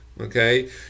okay